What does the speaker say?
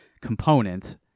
component